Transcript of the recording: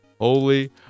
Holy